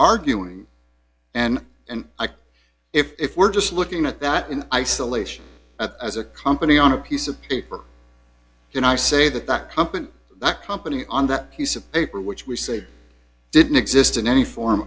arguing and and if we're just looking at that in isolation as a company on a piece of paper can i say that that company that company on that piece of paper which we say didn't exist in any form